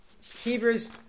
Hebrews